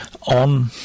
on